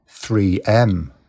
3M